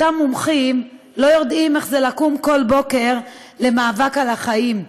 אותם מומחים לא יודעים מה זה לקום כל בוקר למאבק על החיים,